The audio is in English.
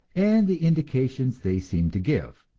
and the indications they seem to give.